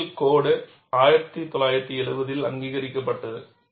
முதலில் கோடு 1970 இல் அங்கீகரிக்கப்பட்டது